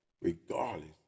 regardless